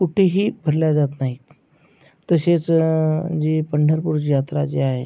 कुठेही भरल्या जात नाही तसेच जी पंढरपूरची यात्रा जी आहे